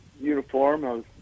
uniform